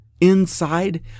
inside